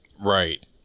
Right